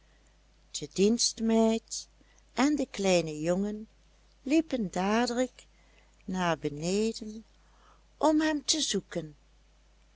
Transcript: de dienstmeid en de kleine jongen liepen dadelijk naar beneden om hem te zoeken